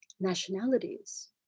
nationalities